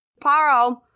Paro